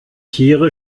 tiere